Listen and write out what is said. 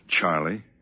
Charlie